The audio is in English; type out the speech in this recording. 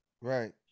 Right